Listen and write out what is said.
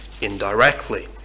indirectly